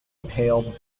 pale